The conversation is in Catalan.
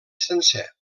sencer